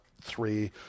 three